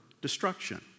destruction